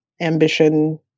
ambition